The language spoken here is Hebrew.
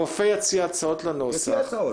הרופא יציע הצעות לנוסח,